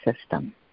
system